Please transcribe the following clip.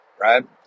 right